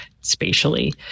spatially